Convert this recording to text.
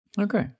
Okay